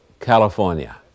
California